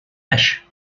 fish